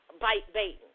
bite-baiting